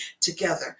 together